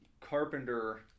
carpenter